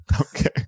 Okay